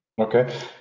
Okay